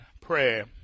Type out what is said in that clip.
prayer